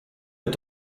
est